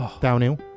downhill